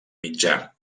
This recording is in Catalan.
mitjà